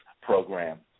program